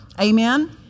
Amen